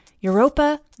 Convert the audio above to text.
Europa